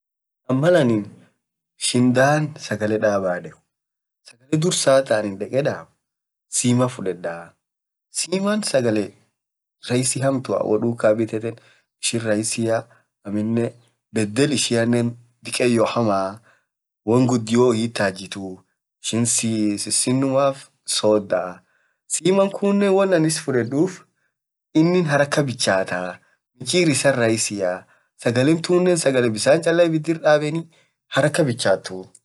aninn malanin shindaan sagalee daaba deek woan dursaa taan dekee daab simaa fudedaa simaa sagalee rahisii hamtuaa hoo dukaa biteteen aminen bedel ishian dikayo hamaa pesaa gudio hiitajituu sisinumaaf sodaa simaan kuunen woan anin is jeladuufininn haraka bichataa michirs issan rahisiaa sagaleen tuunen sagalee bisaan chalaa ibidir dabenii harakaa bichatuu.